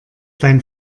dein